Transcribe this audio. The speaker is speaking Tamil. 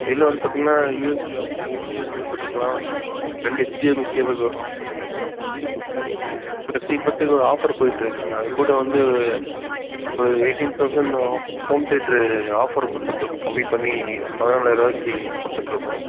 இதில் வந்து பார்த்தீங்கன்னா யுஎஸ்பி ஆப்ஷன் மூணு யுஎஸ்பி போட்டுக்கலாம் ரெண்டு ஹெச்டிஎம்ஐ கேபிள் வரும் இப்போது பத்துக்கு ஒரு ஆஃபர் போய்ட்டு இருக்குதுங்க அது கூட வந்து ஒரு eighteen thousand home theatre offer கொடுத்துட்டுருக்கோம் கம்மி பண்ணி பதினாலாயிரம் ரூவாபாக்கி கொடுத்துட்டுருக்கோம்